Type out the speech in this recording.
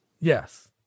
Yes